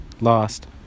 lost